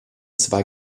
zwei